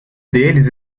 deles